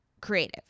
creative